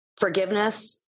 forgiveness